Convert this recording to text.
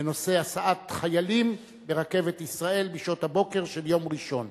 בנושא: הסעת חיילים ברכבת ישראל בשעות הבוקר של יום ראשון.